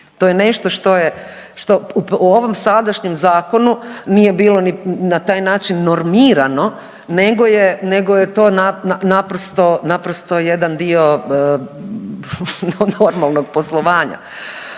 To je nešto što u ovom sadašnjem zakonu nije bilo ni na taj način normirano, nego je to naprosto jedan dio normalnog poslovanja.